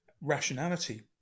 rationality